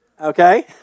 okay